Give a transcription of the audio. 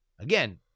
again